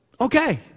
okay